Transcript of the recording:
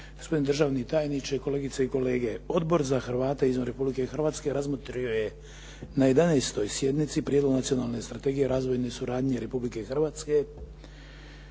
Gospodine državni tajniče, kolegice i kolege. Odbor za Hrvate izvan Republike Hrvatske razmotrio je na 11. sjednici Prijedlog nacionalne strategije razvojne suradnje Republike Hrvatske